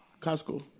Costco